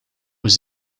was